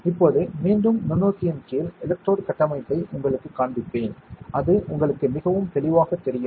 இப்போது மீண்டும் நுண்ணோக்கியின் கீழ் எலெக்ட்ரோட் கட்டமைப்பை உங்களுக்குக் காண்பிப்பேன் அது உங்களுக்கு மிகவும் தெளிவாகத் தெரியும்